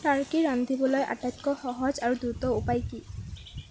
Turkey ৰান্ধিবলৈ আটাইতকৈ সহজ আৰু দ্ৰুত উপায় কি